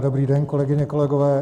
Dobrý den, kolegyně, kolegové.